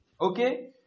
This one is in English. Okay